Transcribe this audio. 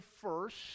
first